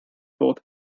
both